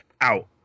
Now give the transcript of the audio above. out